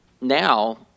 Now